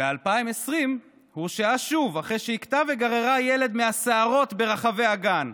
ב-2020 הורשעה שוב אחרי שהכתה וגררה ילד מהשערות ברחבי הגן.